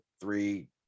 three